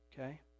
okay